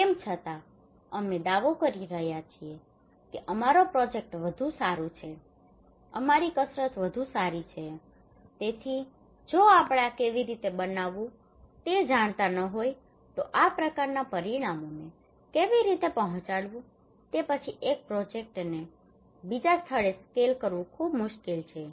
તેમ છતાં અમે દાવો કરી રહ્યા છીએ કે અમારો પ્રોજેક્ટ વધુ સારું છે અમારી કસરત વધુ સારી છે તેથી જો આપણે આ કેવી રીતે બનાવવું તે જાણતા ન હોય તો આ પ્રકારના પરિણામોને કેવી રીતે પહોંચાડવું તે પછી એક પ્રોજેક્ટને બીજા સ્થળે સ્કેલ કરવું ખૂબ મુશ્કેલ છે